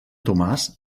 tomàs